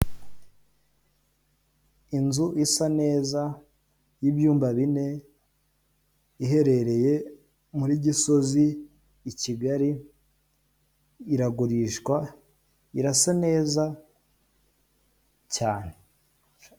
Inzu isa neza y'ibyumba bine, iherereye muri Gisozi i Kigali iragurishwa, irasa neza cyane.